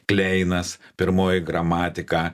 kleinas pirmoji gramatika